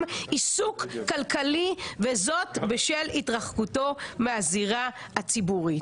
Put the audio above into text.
עיסוק כלכלי וזאת בשל התרחקותו מהזירה הציבורית".